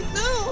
no